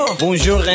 Bonjour